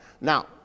Now